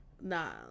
Nah